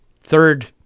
third